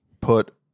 put